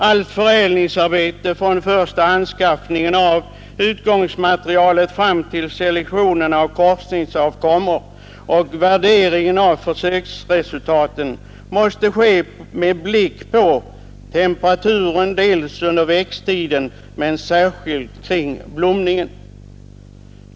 Allt förädlingsarbete från första anskaffningen av utgångsmaterialet fram till selektionen av korsningsavkommor och värderingen av försöksresultaten måste ske med blick på temperaturen under växttiden men särskilt kring blomningen.